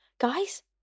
Guys